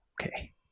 okay